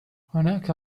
هناك